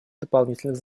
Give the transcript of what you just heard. дополнительных